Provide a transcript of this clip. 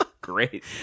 Great